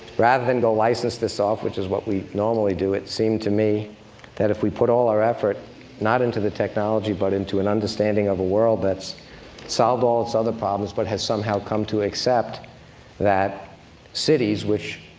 rather than go license this off, which is what we normally do, it seemed to me that if we put all our effort not into the technology, but into an understanding of a world that's solved all its other problems, but has somehow come to accept that cities which,